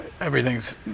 everything's